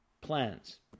plans